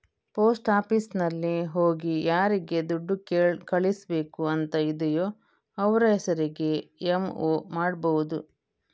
post ಆಫೀಸಿನಲ್ಲಿ ಹೋಗಿ ಯಾರಿಗೆ ದುಡ್ಡು ಕಳಿಸ್ಬೇಕು ಅಂತ ಇದೆಯೋ ಅವ್ರ ಹೆಸರಿಗೆ ಎಂ.ಒ ಮಾಡ್ಬಹುದು